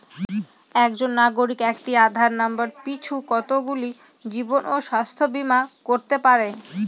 একজন নাগরিক একটি আধার নম্বর পিছু কতগুলি জীবন ও স্বাস্থ্য বীমা করতে পারে?